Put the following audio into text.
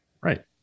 Right